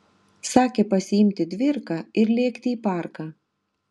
sakė pasiimti dvirką ir lėkti į parką